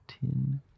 Tin